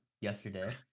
yesterday